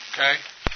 Okay